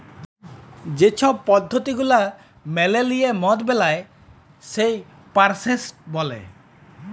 যে ছব পদ্ধতি গুলা মালে লিঁয়ে মদ বেলায় সেই পরসেসট